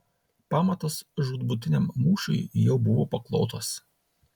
pamatas žūtbūtiniam mūšiui jau buvo paklotas